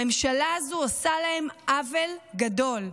הממשלה הזו עושה להם עוול גדול.